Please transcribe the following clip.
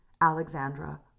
Alexandra